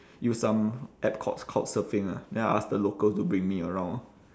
use some app called couchsurfing lah then I ask the local to bring me around